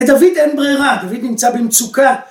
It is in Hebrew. לדוד אין ברירה, דוד נמצא במצוקה